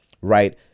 right